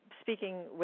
speaking